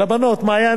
לבנות מעיין,